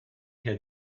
had